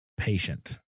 Patient